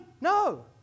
No